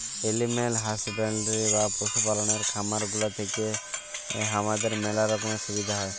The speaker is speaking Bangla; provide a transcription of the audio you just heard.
এলিম্যাল হাসব্যান্ডরি বা পশু পাললের খামার গুলা থেক্যে হামাদের ম্যালা রকমের সুবিধা হ্যয়